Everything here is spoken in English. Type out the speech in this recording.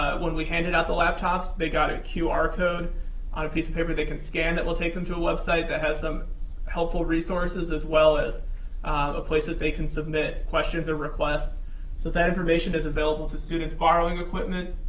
when we handed out the laptops, they got a qr code on a piece of paper they can scan that will take them to a website that has some helpful resources as well as a place that they can submit questions or requests. so that information is available to students borrowing equipment.